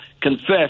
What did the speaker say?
Confess